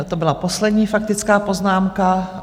To byla poslední faktická poznámka.